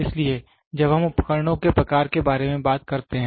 इसलिए जब हम उपकरणों के प्रकार के बारे में बात करते हैं